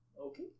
okay